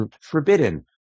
forbidden